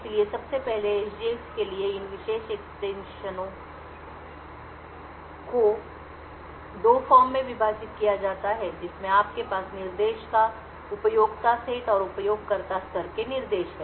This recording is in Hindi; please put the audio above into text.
इसलिए सबसे पहले SGX के लिए इन विशेष एक्सटेंशनों को 2 फॉर्म में विभाजित किया जाता है जिसमें आपके पास निर्देशों का उपयोक्ता सेट और उपयोगकर्ता स्तर के निर्देश हैं